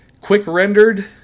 quick-rendered